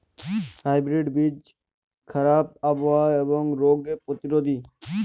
hybrid বীজ খারাপ আবহাওয়া এবং রোগে প্রতিরোধী